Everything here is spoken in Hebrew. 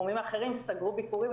בתחומים אחרים סגרו ביקורים,